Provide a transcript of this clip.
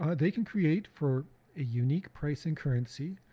um they can create, for a unique price and currency,